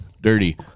dirty